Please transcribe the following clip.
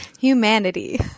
Humanity